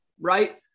right